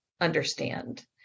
understand